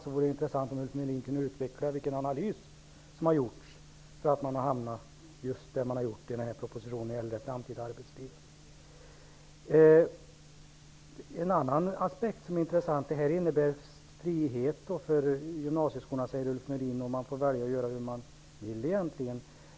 Det vore intressant om han kunde utveckla vilken analys som har gjorts för att hamna just där propositionen har hamnat när det gäller det framtida arbetslivet. Jag vill ta upp en annan aspekt som är intressant. Ulf Melin säger att detta innebär frihet för gymnasieskolorna. Man får välja och göra hur man vill egentligen.